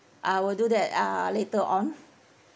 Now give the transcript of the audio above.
I will do that uh later on